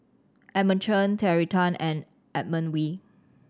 Edmund Chen Terry Tan and Edmund Wee